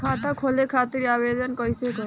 खाता खोले खातिर आवेदन कइसे करी?